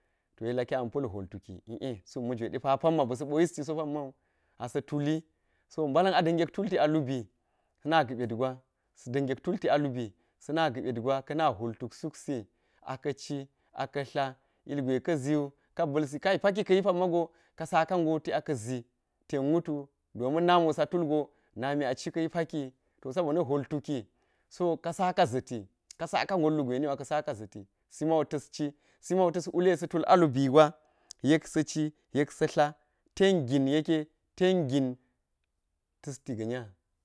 To yek laki ama̱ pa̱l hwol tuk ie suk ma̱jwe da pa pamma ba̱ sa̱ ɓo yisti so pammau asa̱ tuli, so mbala̱n a da̱nget tulti a lubi sa̱na ga̱ ɓet gwa kana hwoltuk suk si aka̱ ci aka̱ tla ilgwe ka̱ zi ka ba̱l si kai paki ka̱yi pamma go ka sako ngoti aka̱ zi ten wutu domin na miwosa tulgo na mi a ci ka ka̱yi pa kiwu to sa bo na̱ hwol tuk so ka saka zita̱ ka sa ngot lugwe niwu aka̱ saka ziti si mau tas ci si mau tis wule sa̱ tul alubi gwa yek sa̱ci yeksa̱ tla ten gin yeke ten gin tasti ga̱ nya.